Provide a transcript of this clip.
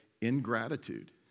ingratitude